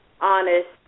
honest